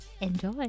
Enjoy